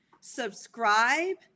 subscribe